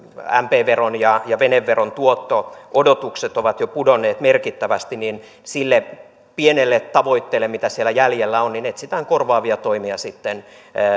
mp veron ja ja veneveron tuotto odotukset ovat jo pudonneet merkittävästi niin sille pienelle tavoitteelle mitä siellä jäljellä on etsitään korvaavia toimia sitten